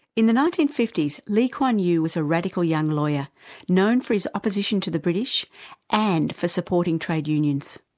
in the nineteen fifty s, lee kuan yew was a radical young lawyer known for his opposition to the british and for supporting trade unions.